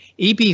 EB